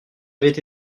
avait